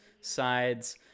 sides